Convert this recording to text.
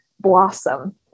blossom